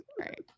Right